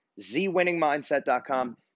zwinningmindset.com